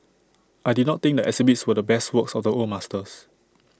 I did not think the exhibits were the best works of the old masters